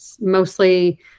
mostly